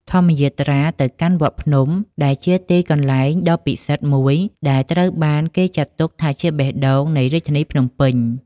ធម្មយាត្រាទៅកាន់វត្តភ្នំ ដែលជាទីកន្លែងដ៏ពិសិដ្ឋមួយដែលត្រូវបានគេចាត់ទុកថាជាបេះដូងនៃរាជធានីភ្នំពេញ។